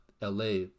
la